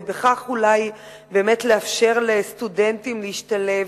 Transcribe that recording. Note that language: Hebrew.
ובכך אולי באמת לאפשר לסטודנטים להשתלב,